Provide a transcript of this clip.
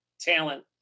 talent